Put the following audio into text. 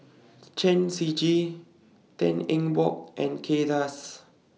Chen Shiji Tan Eng Bock and Kay Das